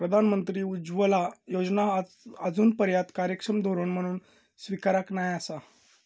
प्रधानमंत्री उज्ज्वला योजना आजूनपर्यात कार्यक्षम धोरण म्हणान स्वीकारूक नाय आसा